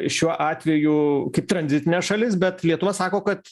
šiuo atveju kaip tranzitinė šalis bet lietuva sako kad